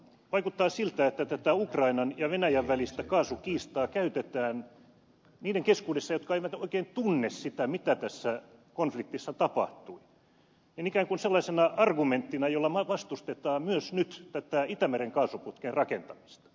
vaikuttaa siltä että tätä ukrainan ja venäjän välistä kaasukiistaa käytetään niiden keskuudessa jotka eivät oikein tunne sitä mitä tässä konfliktissa tapahtui ikään kuin sellaisena argumenttina jolla vastustetaan myös nyt tätä itämeren kaasuputken rakentamista